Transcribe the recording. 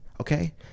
okay